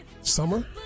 Summer